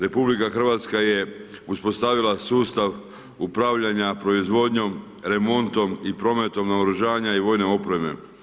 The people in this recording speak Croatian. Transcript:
RH je uspostavila sustav upravljanja proizvodnjom, remontom i prometom naoružanja i vojne opreme.